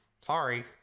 Sorry